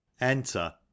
Enter